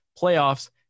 playoffs